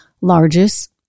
largest